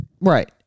Right